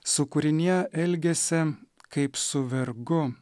su kūrinija elgiasi kaip su vergu